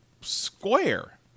square